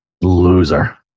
loser